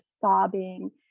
sobbing